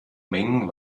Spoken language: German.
mengen